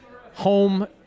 home